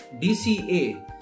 dca